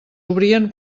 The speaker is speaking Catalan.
obrien